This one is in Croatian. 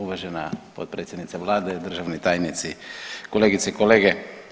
Uvaženi potpredsjednica Vlade, državni tajnici, kolegice i kolege.